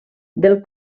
del